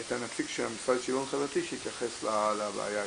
את הנציג של המשרד לשוויון חברתי שיתייחס לבעיה יותר.